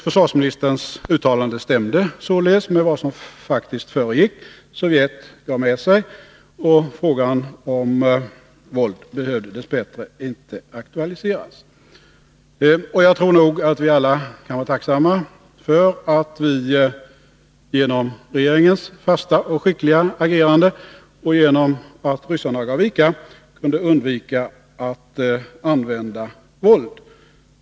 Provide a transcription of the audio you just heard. Försvarsministerns uttalande stämde således med vad som faktiskt föregick. Sovjet gav med sig, och frågan om våld behövde dess bättre inte aktualiseras. Jag tror nog att vi alla kan vara tacksamma för att vi genom regeringens fasta och skickliga agerande samt genom att ryssarna gav vika kunde undvika att använda våld.